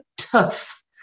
tough